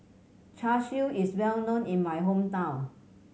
Char Siu is well known in my hometown